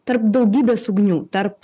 tarp daugybės ugnių tarp